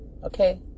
okay